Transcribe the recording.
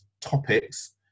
topics